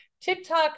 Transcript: TikTok